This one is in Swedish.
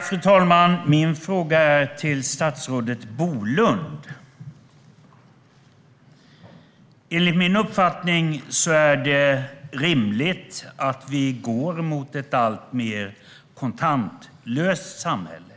Fru talman! Min fråga går till statsrådet Bolund. Enligt min uppfattning är det rimligt att vi går mot ett alltmer kontantlöst samhälle,